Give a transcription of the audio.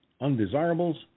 undesirables